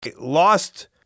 Lost